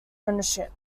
ownership